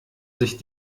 sich